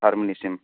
सारमोननिसिम